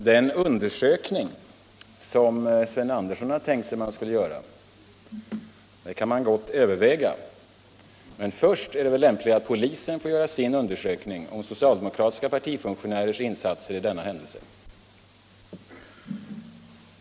Den undersökning som Sten Andersson tänkt sig kan man gott överväga, men först är det väl lämpligt att polisen får göra sin undersökning rörande socialdemokratiska partifunktionärers insatser i denna händelse.